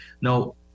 now